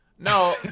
No